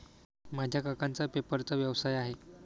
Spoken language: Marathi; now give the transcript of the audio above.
माझ्या काकांचा पेपरचा व्यवसाय आहे